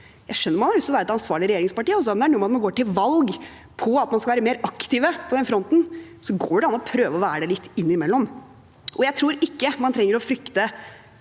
Jeg skjønner at man har lyst til være et ansvarlig regjeringsparti, men det er noe med at når man går til valg på at man skal være mer aktiv på den fronten, så går det an å prøve å være det litt innimellom. Jeg tror ikke man trenger å frykte